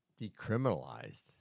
decriminalized